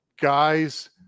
guys